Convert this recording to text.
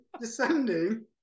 descending